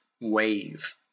wave